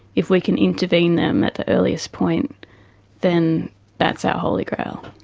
if we can intervene them at the earliest point then that's our holy grail,